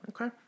Okay